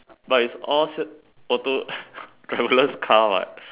but is all auto driverless car what